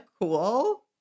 cool